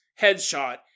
headshot